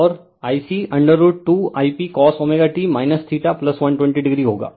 और i c √2I p cos t 120 o होगा